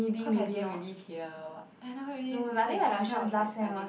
cause I dindn't really hear what I never really listen in class cause I was like studying